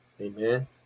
amen